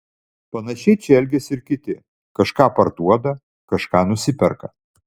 panašiai čia elgiasi ir kiti kažką parduoda kažką nusiperka